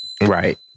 right